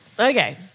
Okay